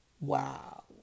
Wow